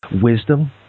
wisdom